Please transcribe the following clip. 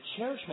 cherishment